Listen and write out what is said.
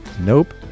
Nope